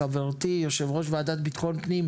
לחברתי יושבת-ראש ועדת ביטחון פנים,